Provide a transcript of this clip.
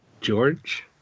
George